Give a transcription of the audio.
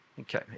Okay